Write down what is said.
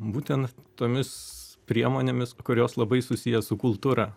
būtent tomis priemonėmis kurios labai susiję su kultūra